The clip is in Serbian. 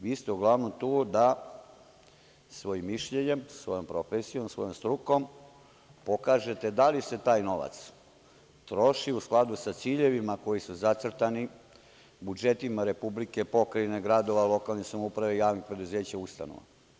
Vi ste uglavnom tu da svojim mišljenjem, svojom profesijom, svojom strukom pokažete da li se taj novac troši u skladu sa ciljevima koji su zacrtani budžetima Republike, pokrajine, gradova, lokalne samouprave, javnih preduzeća, ustanova.